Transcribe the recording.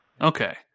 Okay